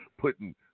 putting